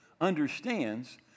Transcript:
understands